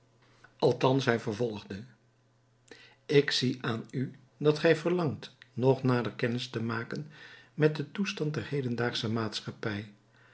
althans hij vervolgde ik zie aan u dat gij verlangt nog nader kennis te maken met den toestand der hedendaagsche maatschappij